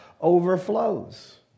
overflows